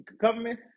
government